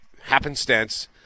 happenstance